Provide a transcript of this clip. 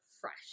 fresh